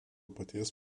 paties